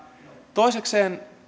toisekseen